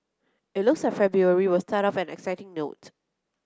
it looks like February were start off on an exciting note